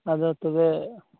ᱟᱫᱚ ᱛᱚᱵᱮ